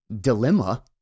dilemma